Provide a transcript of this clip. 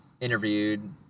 interviewed